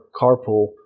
carpool